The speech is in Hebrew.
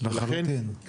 לכן,